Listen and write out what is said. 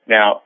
Now